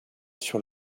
sur